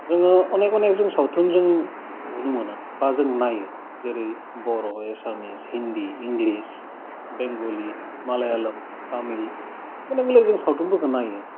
जोङो अनेक अनेक जों सावथुन जों नुनो मोनो बा जों नायो जेरै बर' एसामिस हिन्दी इंग्लिस बेंगलि मालायआलम तामिल अनेक बेलेग सावथुनफोरखौ जों नायो